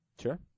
Sure